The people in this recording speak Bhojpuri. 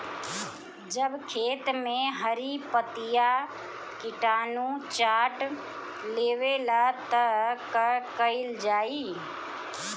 जब खेत मे हरी पतीया किटानु चाट लेवेला तऽ का कईल जाई?